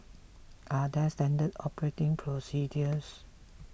are there standard operating procedures